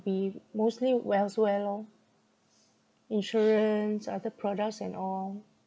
be mostly elsewhere lor insurance other products and all